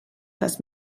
has